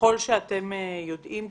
ככל שאתם יודעים,